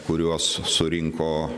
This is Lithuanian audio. kuriuos surinko